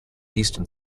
eastern